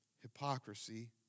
hypocrisy